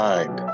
Mind